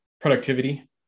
productivity